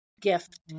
gift